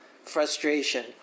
frustration